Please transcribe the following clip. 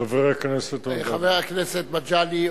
חבר הכנסת מגלי,